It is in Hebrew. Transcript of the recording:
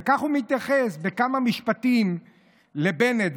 וכך הוא מתייחס בכמה משפטים לבנט,